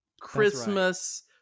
Christmas